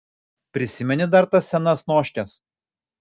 prisimeni dar tas senas noškes